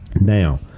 Now